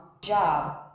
job